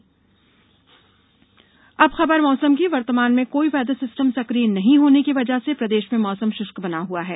मौसम अब खबर मौसम की वर्तमान में कोई वेदर सिस्टम सक्रिय नहीं होने की वजह से प्रदेश में मौसम श्ष्क बना हआ है